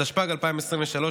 התשפ"ג 2023,